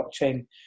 blockchain